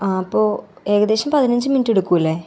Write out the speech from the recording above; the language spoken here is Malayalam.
ആ അപ്പോൾ ഏകദേശം പതിനഞ്ച് മിൻറ്റ് എടുക്കുമല്ലേ